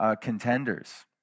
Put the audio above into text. contenders